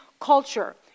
culture